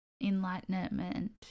enlightenment